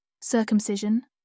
circumcision